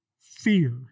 fear